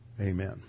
Amen